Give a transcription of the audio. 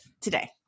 today